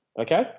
Okay